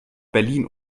berlin